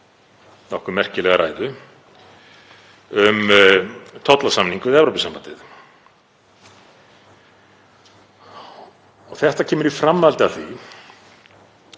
nokkuð merkilega ræðu um tollasamning við Evrópusambandið. Þetta kemur í framhaldi af því